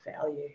value